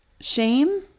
shame